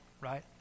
right